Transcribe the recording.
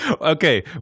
Okay